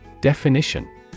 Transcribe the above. Definition